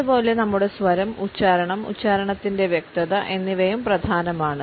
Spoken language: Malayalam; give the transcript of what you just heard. അതുപോലെ നമ്മുടെ സ്വരം ഉച്ചാരണം ഉച്ചാരണത്തിന്റെ വ്യക്തത എന്നിവയും പ്രധാനമാണ്